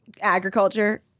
Agriculture